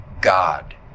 God